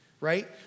right